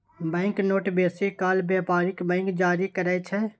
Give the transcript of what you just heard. bank note बेसी काल बेपारिक बैंक जारी करय छै